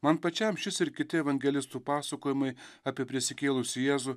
man pačiam šis ir kiti evangelistų pasakojimai apie prisikėlusį jėzų